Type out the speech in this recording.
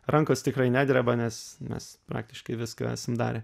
rankos tikrai nedreba nes mes praktiškai viską esam darę